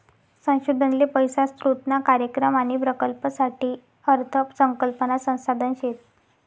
संशोधन ले पैसा स्रोतना कार्यक्रम आणि प्रकल्पसाठे अर्थ संकल्पना संसाधन शेत